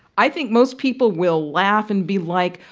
i think most people will laugh and be, like,